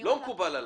לא מקובל עליי.